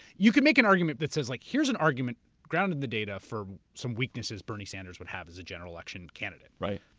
you could make an argument that says like here's an argument grounded in the data for some weaknesses bernie sanders would have as a general election candidate. right.